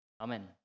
amen